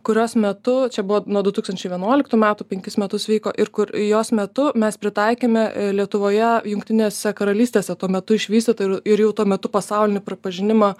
kurios metu čia buvo nuo du tūkstančiai vienuoliktų metų penkis metus vyko ir kur jos metu mes pritaikėme lietuvoje jungtinėse karalystėse tuo metu išvystytą ir ir jau tuo metu pasaulinį pripažinimą